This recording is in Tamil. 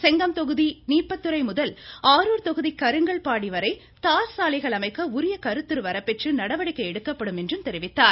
செங்கம் தொகுதி நீப்பத்துறை முதல் அரூர் தொகுதி கருங்கல் பாடி வரை தார்சாலை அமைக்க உரிய கருத்துரு வரப்பெற்று நடவடிக்கை எடுக்கப்படும் என்றார்